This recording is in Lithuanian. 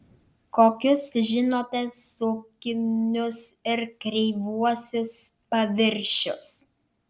kokius žinote sukinius ir kreivuosius paviršius